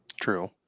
True